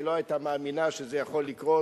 היא לא היתה מאמינה שזה יכול לקרות.